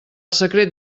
secret